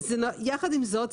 יחד עם זאת,